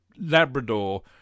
Labrador